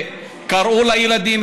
קראו לילדים,